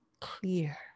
clear